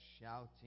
shouting